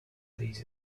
these